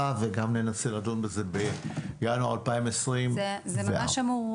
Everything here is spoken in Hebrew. וגם ננסה לדון בזה בינואר 24. נציבות,